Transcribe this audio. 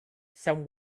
some